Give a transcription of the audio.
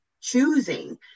Choosing